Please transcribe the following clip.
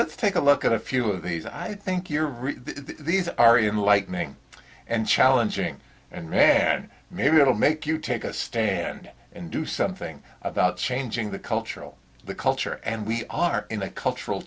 let's take a look at a few of these i think you're really these are in lightning and challenging and man maybe it'll make you take a stand and do something about changing the cultural the culture and we are in a cultural